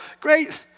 great